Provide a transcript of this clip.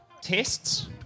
tests